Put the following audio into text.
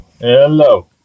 Hello